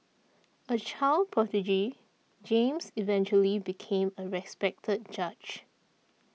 a child prodigy James eventually became a respected judge